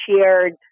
shared